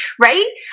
right